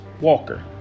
Walker